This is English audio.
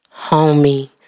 homie